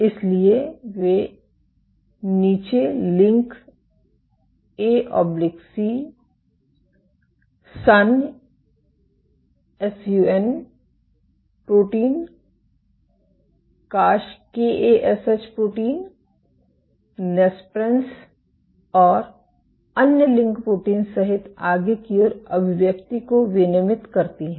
इसलिए वे नीचे लिंक एसी SUN protein KASH protein nesprins और अन्य लिंक प्रोटीन सहित आगे की ओर अभिव्यक्ति को विनियमित करती हैं